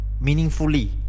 meaningfully